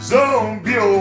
Zombie